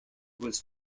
was